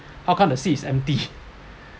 how come the seat is empty